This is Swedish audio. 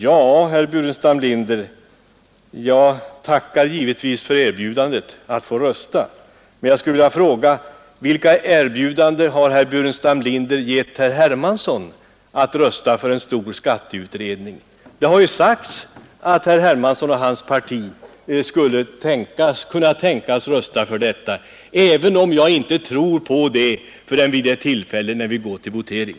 Ja, herr Burenstam Linder, jag tackar givetvis för erbjudandet att få rösta, men jag skulle vilja fråga: Vilka erbjudanden har herr Burenstam Linder givit herr Hermansson i Stockholm att rösta för en stor skatteutredning? Det har ju sagts att herr Hermansson och hans parti skulle kunna tänkas rösta för en sådan utredning, men jag tror inte på det förrän vid det tillfälle då vi går till votering.